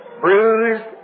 bruised